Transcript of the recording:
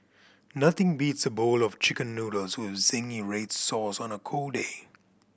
nothing beats a bowl of Chicken Noodles with zingy red sauce on a cold day